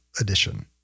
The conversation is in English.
Edition